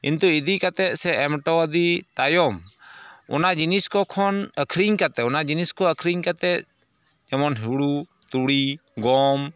ᱠᱤᱱᱛᱩ ᱤᱫᱤᱠᱟᱛᱮ ᱥᱮ ᱮᱢᱚᱴᱚ ᱟᱫᱮ ᱛᱟᱭᱚᱢ ᱚᱱᱟ ᱡᱤᱱᱤᱥ ᱠᱚ ᱠᱷᱚᱱ ᱟᱹᱠᱷᱨᱤᱧ ᱠᱟᱛᱮ ᱚᱱᱟ ᱡᱤᱱᱤᱥ ᱠᱚ ᱟᱹᱠᱷᱨᱤᱧ ᱠᱟᱛᱮ ᱡᱮᱢᱚᱱ ᱦᱳᱲᱳ ᱛᱩᱲᱤ ᱜᱚᱢ